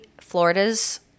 Florida's